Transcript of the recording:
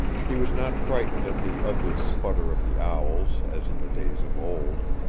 he was not frightened at the ugly sputter of the owls, as in the days of old.